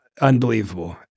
unbelievable